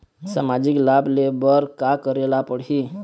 सामाजिक लाभ ले बर का करे ला पड़ही?